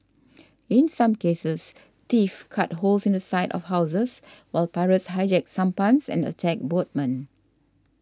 in some cases thieves cut holes in the side of houses while pirates hijacked sampans and attacked boatmen